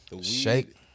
Shake